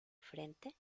frente